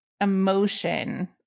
emotion